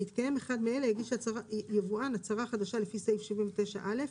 בהתקיים אחד מאלה יגיש יבואן הצהרה חדשה לפי סעיף 79 א'.